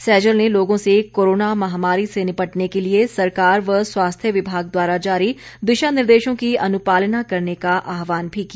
सैजल ने लोगों से कोरोना महामारी से निपटने के लिए सरकार व स्वास्थ्य विभाग द्वारा जारी दिशा निर्देशों की अनुपालना करने का आहवान भी किया